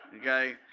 Okay